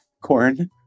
Corn